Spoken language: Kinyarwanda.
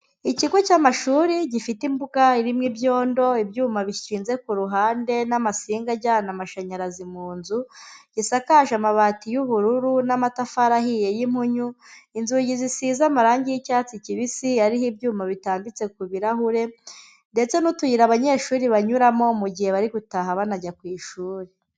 Ikigo cy'amashuri gifite imbuga irimo ibyondo, ibyuma bishinze ku ruhande n'amasinga ajyana amashanyarazi mu nzu, gisakaje amabati y'ubururu n'amatafari ahiye y'impunyu, inzugi zisize amarangi y'icyatsi kibisi, ariho ibyuma bitambitse ku birahure, ndetse n'utuyira abanyeshuri banyuramo mu gihe bari gutaha banajya ku ishuri.